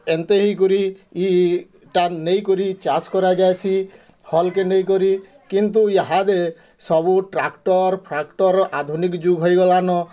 ଏନ୍ତେ ହି କରି ଇ ଟା ନେଇ କରି ଚାଷ୍ କରାଯାଇସି ହଲ୍ କେ ନେଇ କରି କିନ୍ତୁ ଇହାଦେ ସବୁ ଟ୍ରାକ୍ଟର୍ ଫ୍ରାକ୍ଟର୍ ଆଧୁନିକ ଯୁଗ ହେଇ ଗଲାନ